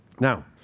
Now